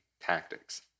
tactics